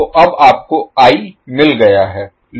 तो अब आपको I मिल गया है